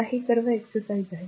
आता हे सर्व exercise आहेत